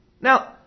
Now